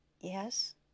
Yes